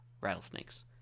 rattlesnakes